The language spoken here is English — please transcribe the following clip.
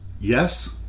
Yes